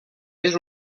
més